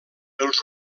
els